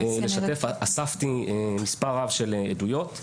אספתי מספר רב של עדויות,